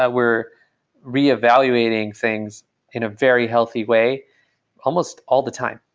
ah we're reevaluating things in a very healthy way almost all the time,